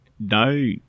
No